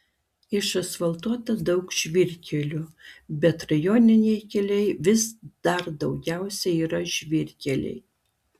išasfaltuota daug žvyrkelių bet rajoniniai keliai vis dar daugiausiai yra žvyrkeliai